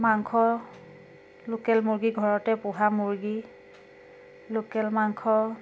মাংস লোকেল মূৰ্গী ঘৰতেই পোহা মূৰ্গী লোকেল মাংস